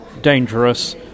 dangerous